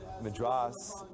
Madras